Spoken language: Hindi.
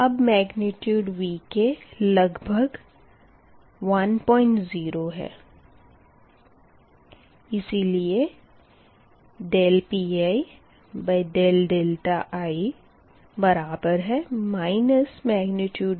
अब Vk≈10 इसीलिए Pii ViBik होगा